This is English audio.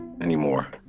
anymore